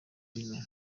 robinho